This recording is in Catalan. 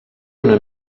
una